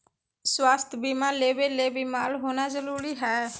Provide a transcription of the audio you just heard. स्वास्थ्य बीमा लेबे ले बीमार होना जरूरी हय?